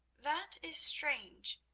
that is strange,